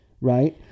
right